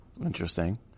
Interesting